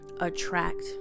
attract